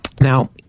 Now